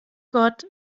gott